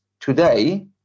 today